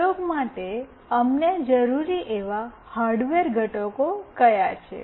આ પ્રયોગ માટે અમને જરૂરી એવા હાર્ડવેર ઘટકો કયા છે